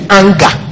anger